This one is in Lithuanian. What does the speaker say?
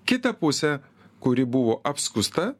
kitą pusę kuri buvo apskųsta